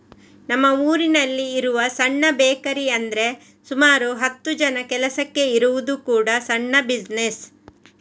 ನಮ್ಮ ಊರಿನಲ್ಲಿ ಇರುವ ಸಣ್ಣ ಬೇಕರಿ ಅಂದ್ರೆ ಸುಮಾರು ಹತ್ತು ಜನ ಕೆಲಸಕ್ಕೆ ಇರುವುದು ಕೂಡಾ ಸಣ್ಣ ಬಿಸಿನೆಸ್